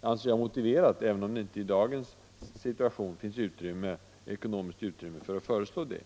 anser jag vara motiverat, även om det inte i dagens situation finns ekonomiskt utrymme för detta.